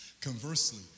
Conversely